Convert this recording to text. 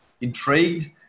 intrigued